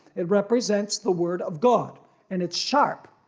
it represents the word of god and it's sharp.